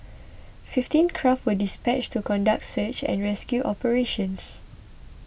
fifteen craft were dispatched to conduct search and rescue operations